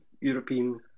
European